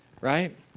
Right